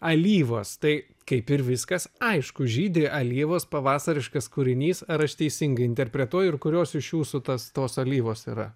alyvos tai kaip ir viskas aišku žydi alyvos pavasariškas kūrinys ar aš teisingai interpretuoju ir kurios iš jūsų tas tos alyvos yra